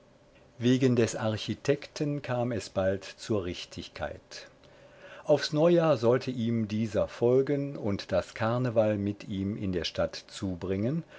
wegen des architekten kam es bald zur richtigkeit aufs neujahr sollte ihm dieser folgen und das karneval mit ihm in der stadt zubringen